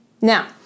Now